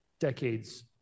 decades